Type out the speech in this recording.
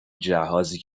جهازی